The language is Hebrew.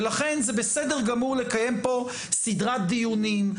ולכן זה בסדר גמור לקיים פה סדרת דיונים,